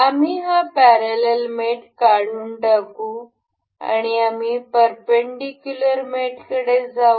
आम्ही हा पॅरलल मेट काढून टाकू आणि आम्ही परपेंडीकुलर मेटकडे जाऊ